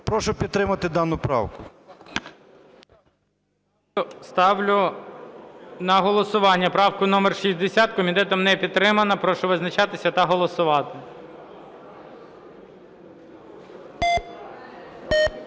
Прошу підтримати дану правку. ГОЛОВУЮЧИЙ. Ставлю на голосування правку номер 60. Комітетом не підтримана. Прошу визначатись та голосувати.